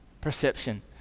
perception